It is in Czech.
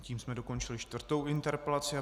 Tím jsme dokončili čtvrtou interpelaci.